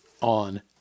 on